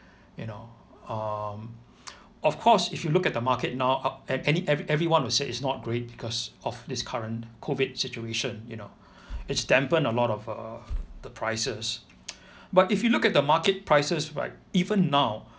you know um of course if you look at the market now uh and any every everyone will say it's not great because of this current COVID situation you know it's dampened a lot of uh the prices but if you look at the market prices right even now